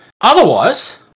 otherwise